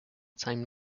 time